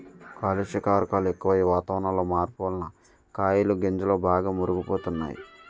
కాలుష్య కారకాలు ఎక్కువయ్యి, వాతావరణంలో మార్పు వలన కాయలు గింజలు బాగా మురుగు పోతున్నాయి